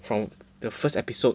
from the first episode